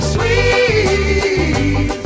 Sweet